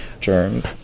germs